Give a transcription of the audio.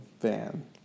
van